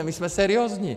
My jsme seriózní.